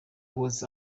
was